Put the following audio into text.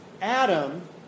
Adam